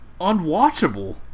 unwatchable